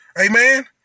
Amen